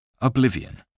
Oblivion